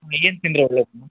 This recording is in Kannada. ಈಗೇನು ತಿಂದರೆ ಒಳ್ಳೇದು ಮ್ಯಾಮ್